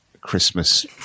Christmas